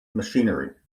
machinery